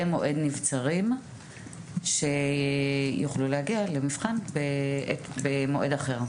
מועד נבצרים שיוכלו להגיע למבחן במועד אחר.